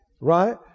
Right